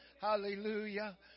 Hallelujah